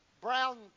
brown